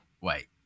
wait